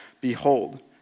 Behold